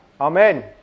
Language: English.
Amen